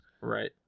Right